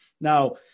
Now